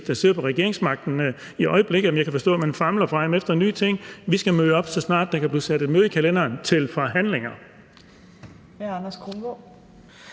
der sidder på regeringsmagten i øjeblikket. Jeg kan forstå, at man famler frem efter nye ting. Vi skal nok møde op, så snart der kan blive sat et møde i kalenderen, til forhandlinger.